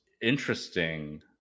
interesting